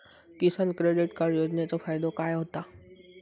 किसान credit card योजनेचो फायदो काय होता?